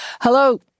Hello